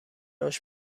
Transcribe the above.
هاش